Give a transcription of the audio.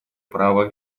права